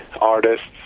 artists